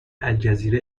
الجزیره